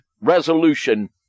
resolution